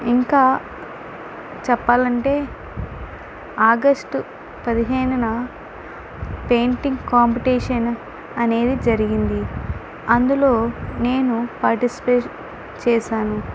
ఇంకా చెప్పాలంటే ఆగస్టు పదిహేనున పెయింటింగ్ కాంపిటేషన్ అనేది జరిగింది అందులో నేను పాటిస్పేట్ చేశాను